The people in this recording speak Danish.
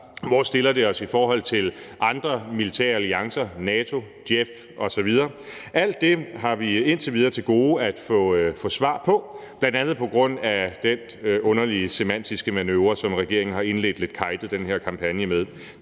Hvor stiller det os i forhold til andre militære alliancer – NATO, JEF osv.? Alt det har vi indtil videre til gode at få svar på. Bl.a. på grund af den underlige semantiske manøvre, som regeringen lidt kejtet har indledt den her kampagne med.